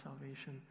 salvation